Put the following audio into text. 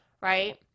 right